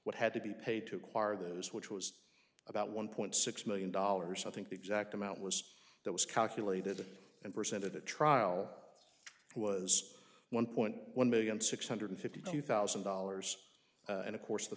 what had to be paid to acquire those which was about one point six million dollars i think the exact amount was that was calculated and presented at trial was one point one million six hundred fifty two thousand dollars and of course the